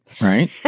right